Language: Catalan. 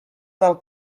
del